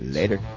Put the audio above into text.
Later